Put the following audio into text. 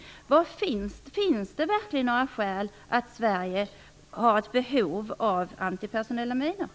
Finns det verkligen några skäl till att Sverige har antipersonella minor? Finns det ett sådant behov?